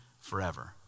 forever